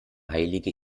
heilige